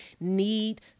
need